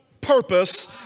purpose